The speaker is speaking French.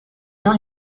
dans